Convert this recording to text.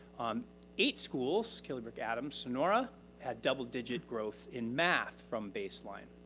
um eight schools, killybrooke, adams, sonora had double digit growth in math from baseline.